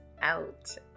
out